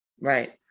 Right